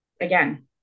again